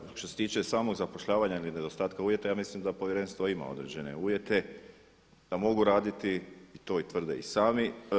Pa evo što se tiče samog zapošljavanja i nedostatka uvjeta ja mislim da povjerenstvo ima određene uvjete da mogu raditi, to i tvrde i sami.